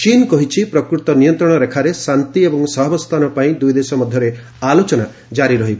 ଚୀନ୍ କହିଛି ପ୍ରକୃତ ନିୟନ୍ତ୍ରଣରେଖାରେ ଶାନ୍ତି ଏବଂ ସହାବସ୍ଥାନ ପାଇଁ ଦୁଇଦେଶ ମଧ୍ୟରେ ଆଲୋଚନା ଜାରି ରହିବ